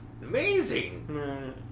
amazing